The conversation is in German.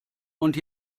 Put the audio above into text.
und